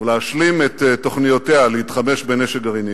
ולהשלים את תוכניותיה להתחמש בנשק גרעיני,